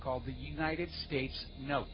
called the united states no